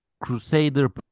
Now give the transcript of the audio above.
Crusader